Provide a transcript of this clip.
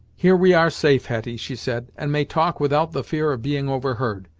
here we are safe, hetty, she said, and may talk without the fear of being overheard.